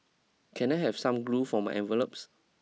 can I have some glue for my envelopes